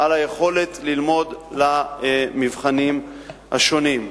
על היכולת ללמוד למבחנים השונים.